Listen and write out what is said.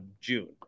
June